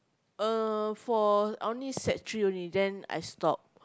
uh for only sec-three only then I stop